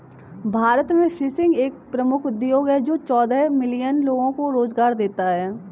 भारत में फिशिंग एक प्रमुख उद्योग है जो चौदह मिलियन लोगों को रोजगार देता है